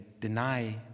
deny